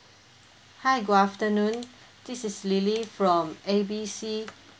hi good afternoon this is lily from A B C